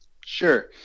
sure